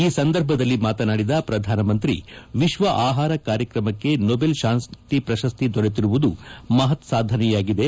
ಈ ಸಂದರ್ಭದಲ್ಲಿ ಮಾತನಾದಿದ ಪ್ರಧಾನಮಂತ್ರಿ ವಿಶ್ವ ಆಹಾರ ಕಾರ್ಯಕ್ರಮಕ್ಕೆ ನೊಬೆಲ್ ಶಾಂತಿ ಪ್ರಶಸ್ತಿ ದೊರೆತಿರುವುದು ಮಹತ್ಸಾಧನೆಯಾಗಿದೆ